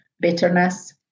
bitterness